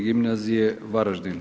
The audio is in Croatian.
Gimnazije Varaždin.